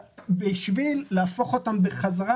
ולהפוך אותם בחזרה